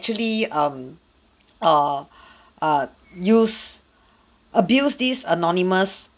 actually um err err use abuse this anonymous